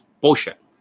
bullshit